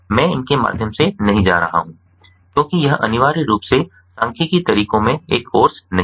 मैं इन के माध्यम से नहीं जा रहा हूँ क्योंकि यह अनिवार्य रूप से सांख्यिकीय तरीकों में एक कोर्स नहीं है